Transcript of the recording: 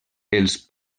els